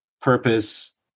purpose